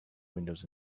windows